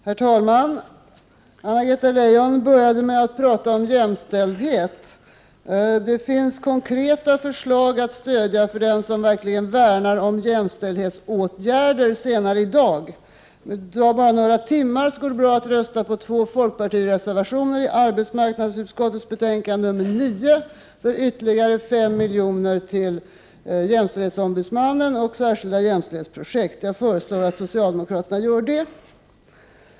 Herr talman! Anna-Greta Leijon började med att tala om jämställdhet. Det finns senare i dag konkreta förslag att stödja för den som verkligen värnar om jämställdhetsåtgärder. Om några timmar går det bra att rösta på två folkpartireservationer när det gäller arbetsmarknadsutskottets betänkande 9 för ytterligare 5 milj.kr. till jämställdhetsombudsmannen och särskilda jämställdhetsprojekt. Jag föreslår att socialdemokraterna gör det.